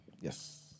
Yes